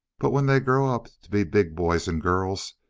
but when they grow up to be big boys and girls,